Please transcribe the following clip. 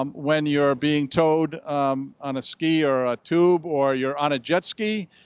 um when you're being towed on a ski or a tube, or you're on a jet ski,